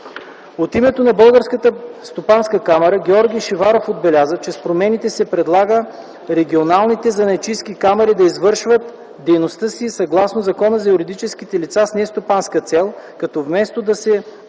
От името на Българската стопанска камара Георги Шиваров отбеляза, че с промените се предлага регионалните занаятчийски камари да извършват дейността си съгласно Закона за юридическите лица с нестопанска цел, като вместо да се